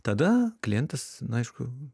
tada klientas na aišku